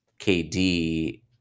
KD